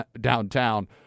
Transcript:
downtown